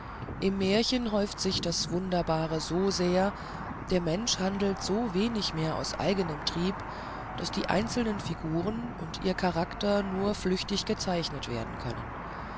im märchen häuft sich das wunderbare so sehr der mensch handelt so wenig mehr aus eigenem trieb daß die einzelnen figuren und ihr charakter nur flüchtig gezeichnet werden können